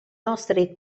nostri